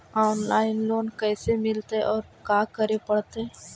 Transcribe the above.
Online loan कैसे मिलतै औ का करे पड़तै?